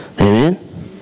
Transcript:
Amen